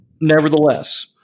Nevertheless